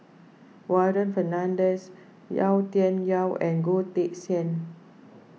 Warren Fernandez Yau Tian Yau and Goh Teck Sian